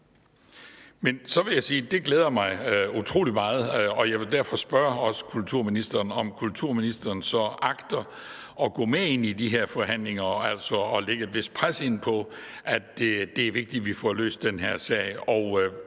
det glæder mig utrolig meget, og jeg vil derfor også spørge kulturministeren, om kulturministeren så agter at gå med ind i de her forhandlinger og altså lægge et vist pres på. For det er vigtigt, at vi får løst den her sag.